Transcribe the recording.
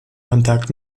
kontakt